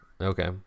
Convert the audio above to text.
Okay